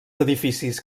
edificis